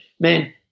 Man